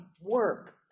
work